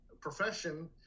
profession